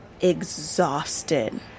exhausted